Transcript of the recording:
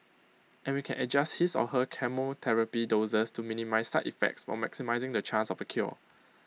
and we can adjust his or her chemotherapy doses to minimise side effects while maximising the chance of A cure